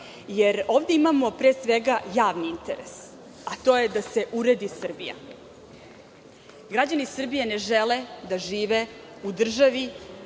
jer ovde imamo pre svega javni interes, a to je da se uredi Srbija. Građani Srbije ne žele da žive u državi